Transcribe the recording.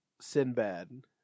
Sinbad